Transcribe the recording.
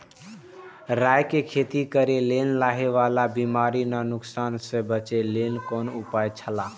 राय के खेती करे के लेल लाहि वाला बिमारी स नुकसान स बचे के लेल कोन उपाय छला?